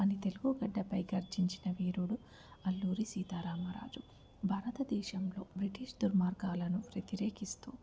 మన తెలుగు గడ్డపై గర్జినచిన వీరుడు అల్లూరి సీతారామరాజు భారతదేశంలో బ్రిటిష్ దుర్మార్గాలను వ్యతిరేకిస్తూ